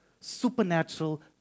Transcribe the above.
supernatural